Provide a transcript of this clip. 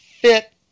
fit